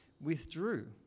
withdrew